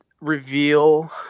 reveal